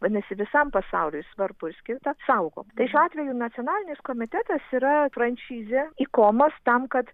vadinasi visam pasauliui svarbu išskirt apsaugot tai šiuo atveju nacionalinis komitetas yra franšizė ikomos tam kad